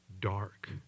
dark